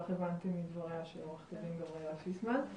כך הבנתי מדבריה של עורכת הדין גבריאלה פיסמן.